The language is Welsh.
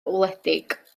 wledig